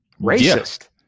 racist